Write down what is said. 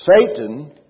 Satan